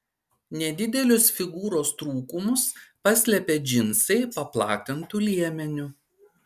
nedidelius figūros trūkumus paslepia džinsai paplatintu liemeniu